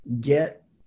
get